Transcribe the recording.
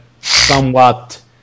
somewhat